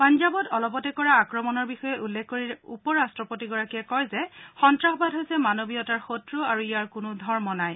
পঞ্জাবত অলপতে কৰা আক্ৰমণৰ বিষযে উল্লেখ কৰি উপৰাট্টপতিগৰাকীয়ে কয় যে সন্তাসবাদ হৈছে মানৱীয়তাৰ শক্ৰ আৰু ইয়াৰ কোনো ধৰ্মা নাই